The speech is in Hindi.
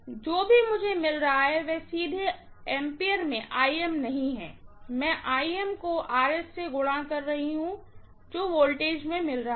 इसलिए जो मुझे मिल रहा है वह सीधे एम्पीयर में नहीं है मैं को से गुणा कर रही हूँ जो वोल्टस मैं मिल रहा है